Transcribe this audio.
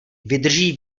vydrží